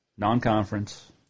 non-conference